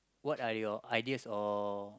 what are your ideas or